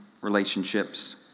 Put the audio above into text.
relationships